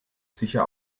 sicher